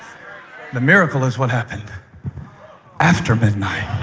the miracle is what happened after midnight.